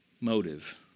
motive